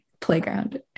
playground